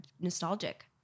nostalgic